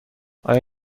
آیا